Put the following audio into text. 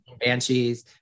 Banshees